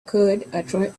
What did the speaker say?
could